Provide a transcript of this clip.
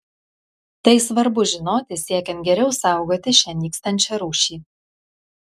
tai svarbu žinoti siekiant geriau saugoti šią nykstančią rūšį